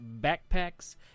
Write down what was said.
backpacks